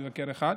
מבקר אחד,